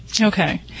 Okay